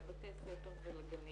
לבתי ספר ולגנים